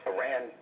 Iran